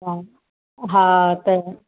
हा त